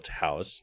house